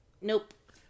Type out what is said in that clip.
Nope